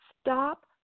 Stop